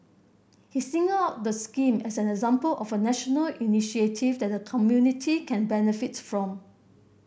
he singled out the scheme as an example of a national initiative that the community can benefit from